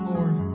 Lord